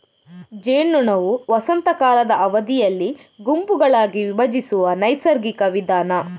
ಜೇನ್ನೊಣವು ವಸಂತ ಕಾಲದ ಅವಧಿಯಲ್ಲಿ ಗುಂಪುಗಳಾಗಿ ವಿಭಜಿಸುವ ನೈಸರ್ಗಿಕ ವಿಧಾನ